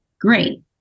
Great